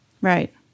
Right